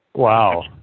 Wow